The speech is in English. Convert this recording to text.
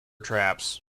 traps